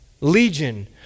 Legion